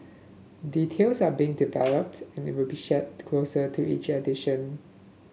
details are being developed and will be shared closer to each edition